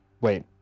wait